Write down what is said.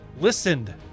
listened